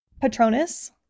Patronus